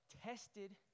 tested